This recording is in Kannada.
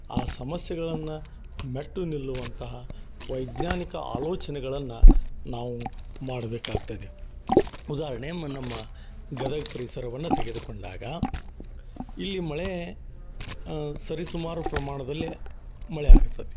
ಆ ಸಮಸ್ಯೆಗಳನ್ನು ಮೆಟ್ಟಿ ನಿಲ್ಲುವಂತಹ ವೈಜ್ಞಾನಿಕ ಆಲೋಚನೆಗಳನ್ನು ನಾವು ಮಾಡಬೇಕಾಗ್ತದೆ ಉದಾಹರಣೆ ಮ ನಮ್ಮ ಗದಗ ಪರಿಸರವನ್ನು ತೆಗೆದುಕೊಂಡಾಗ ಇಲ್ಲಿ ಮಳೆ ಸರಿಸುಮಾರು ಪ್ರಮಾಣದಲ್ಲಿ ಮಳೆ ಆಗ್ತತಿ